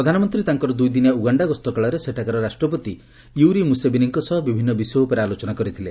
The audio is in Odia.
ପ୍ରଧାନମନ୍ତ୍ରୀ ତାଙ୍କର ଦୁଇଦିନିଆ ଉଗାଣ୍ଡା ଗସ୍ତକାଳରେ ସେଠାକାର ରାଷ୍ଟ୍ରପତି ୟୁରି ମୁସେବିନିଙ୍କ ସହ ବିଭିନ୍ନ ବିଷୟ ଉପରେ ଆଲୋଚନା କରିଥିଲେ